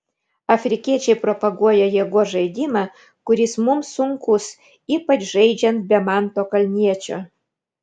afrikiečiai propaguoja jėgos žaidimą kuris mums sunkus ypač žaidžiant be manto kalniečio